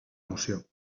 moció